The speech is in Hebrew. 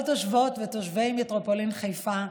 כל תושבות ותושבי מטרופולין חיפה,